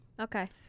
Okay